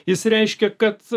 jis reiškia kad